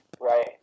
Right